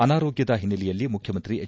ಅನಾರೋಗ್ಟದ ಹಿನ್ನೆಲೆಯಲ್ಲಿ ಮುಖ್ಚಮಂತ್ರಿ ಎಚ್